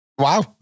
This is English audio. Wow